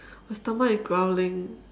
my stomach is growling